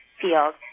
field